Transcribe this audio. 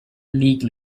league